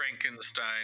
Frankenstein